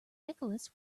nicholas